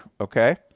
okay